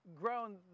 grown